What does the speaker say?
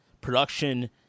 production –